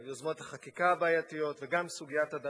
יוזמות החקיקה הבעייתיות וגם סוגיית הדרת